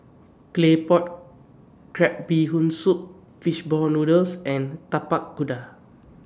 Claypot Crab Bee Hoon Soup Fish Ball Noodles and Tapak Kuda